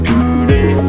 Today